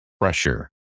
pressure